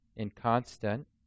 Inconstant